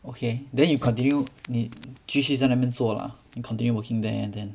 okay then you continue 你继续在那边做 lah 你 continue working there and then